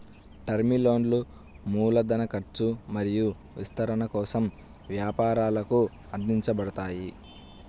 term లోన్లు మూలధన ఖర్చు మరియు విస్తరణ కోసం వ్యాపారాలకు అందించబడతాయి